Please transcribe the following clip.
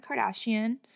Kardashian